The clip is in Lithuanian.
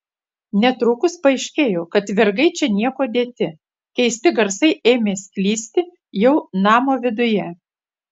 netrukus paaiškėjo kad vergai čia niekuo dėti keisti garsai ėmė sklisti jau namo viduje